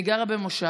אני גרה במושב,